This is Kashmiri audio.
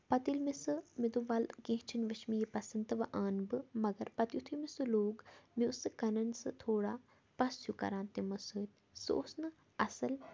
پَتہٕ ییٚلہِ مےٚ سُہ مےٚ دوٚپ وَلہٕ کینٛہہ چھُنہٕ وۄنۍ چھِ مےٚ یہِ پَسَنٛد تہٕ وۄنۍ اَنہٕ بہٕ مَگر پَتہٕ یُتھُے مےٚ سُہ لوگ مےٚ اوس سُہ کَنَن سُہ تھوڑا پَس ہیوٗ کران تِمو سۭتۍ سُہ اوس نہٕ اَصٕل